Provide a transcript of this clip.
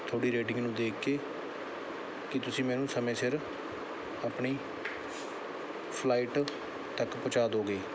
ਤੁਹਾਡੀ ਰੇਟਿੰਗ ਨੂੰ ਦੇਖ ਕੇ ਕਿ ਤੁਸੀਂ ਮੈਨੂੰ ਸਮੇਂ ਸਿਰ ਆਪਣੀ ਫਲਾਈਟ ਤੱਕ ਪਹੁੰਚਾ ਦਿਓ ਗੇ